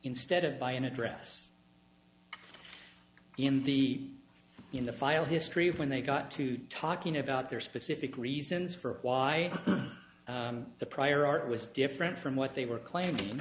instead of by an address in the in the file history when they got to talking about their specific reasons for why the prior art was different from what they were claiming